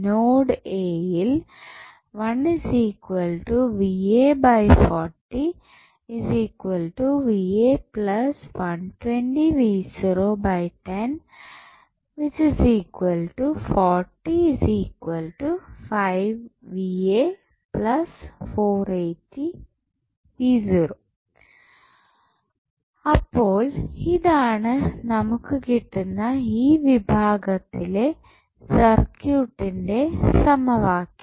node എയിൽ അപ്പോൾ ഇതാണ് നമുക്ക് കിട്ടുന്ന ഈ വിഭാഗത്തിലെ സർക്യൂട്ട്ന്റെ സമവാക്യം